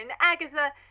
Agatha